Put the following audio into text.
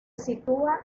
sitúa